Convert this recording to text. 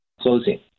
closing